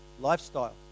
lifestyle